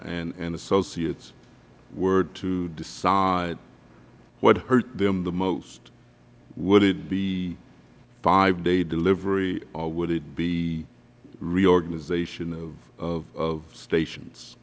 and associates were to decide what hurt them the most would it be five day delivery or would it be reorganization of stations